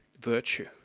virtue